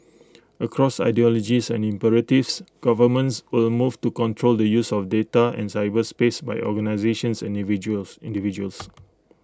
across ideologies and imperatives governments will move to control the use of data and cyberspace by organisations individuals individuals